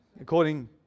according